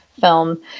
film